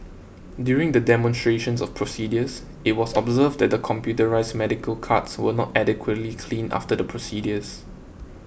during the demonstrations of procedures it was observed that the computerised medical carts were not adequately cleaned after the procedures